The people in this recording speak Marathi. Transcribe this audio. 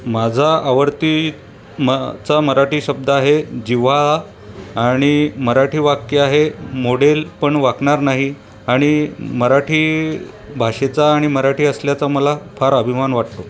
माझा आवडती म चा मराठी शब्द आहे जिव्हाळा आणि मराठी वाक्य आहे मोडेल पण वाकणार नाही आणि मराठी भाषेचा आणि मराठी असल्याचा मला फार अभिमान वाटतो